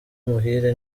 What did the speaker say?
muhire